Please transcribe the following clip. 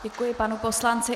Děkuji panu poslanci.